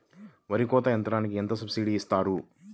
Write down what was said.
వరి కోత యంత్రంకి ఎంత సబ్సిడీ ఇస్తారు?